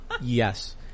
yes